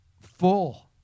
full